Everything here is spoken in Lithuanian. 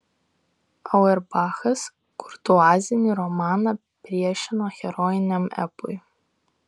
auerbachas kurtuazinį romaną priešino herojiniam epui